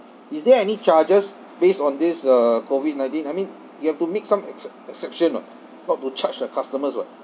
is there any charges based on this uh COVID nineteen I mean you have to make some except~ exception [what] not to charge the customers [what]